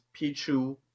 pichu